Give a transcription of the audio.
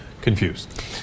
confused